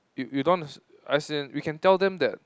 you you don't as as in we can tell them that